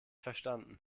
verstanden